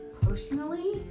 personally